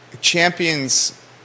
champions